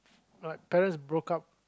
like parents broke up